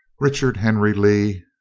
richard henry lee,